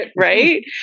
right